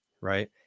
Right